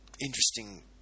interesting